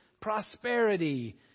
prosperity